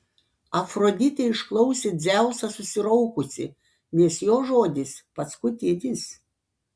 afroditė išklausė dzeusą susiraukusi nes jo žodis paskutinis